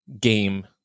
game